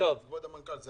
כבוד המנכ"ל?